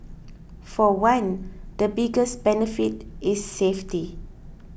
for one the biggest benefit is safety